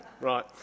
Right